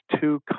two